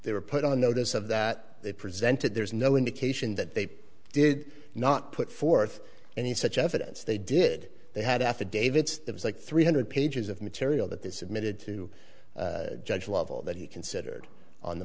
they were put on notice of that they presented there's no indication that they did not put forth any such evidence they did they had affidavits it was like three hundred pages of material that the submitted to judge level that he considered on the